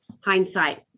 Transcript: Hindsight